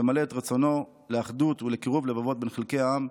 למלא את רצונו לאחדות ולקירוב לבבות בין חלקי העם,